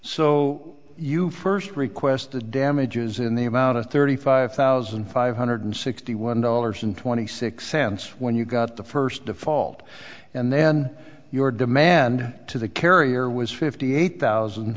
so you first request the damages in the amount of thirty five thousand five hundred sixty one dollars and twenty six cents when you got the first default and then your demand to the carrier was fifty eight thousand